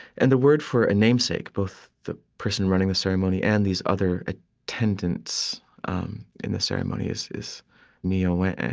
and the word for a namesake, both the person running the ceremony and these other ah attendants um in the ceremony, is is niiyawen'enh.